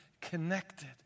connected